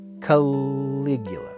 Caligula